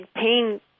pain